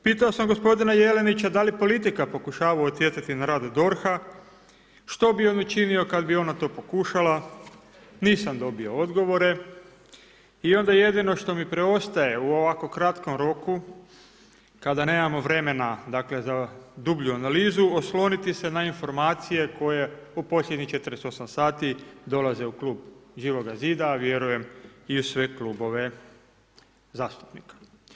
Pitao sam gospodina Jelinića da li politika pokušava utjecati na rad DORH-a, što bi on učinio kada bi ona to pokušala, nisam dobio odgovore i onda jedino što mi preostaje u ovakvo kratkom roku kada nemamo vremena za dublju analizu, osloniti se na informacije koje u posljednjih 48 sati dolaze u klub Živoga zida, a vjerujem i u sve klubove zastupnika.